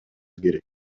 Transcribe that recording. керек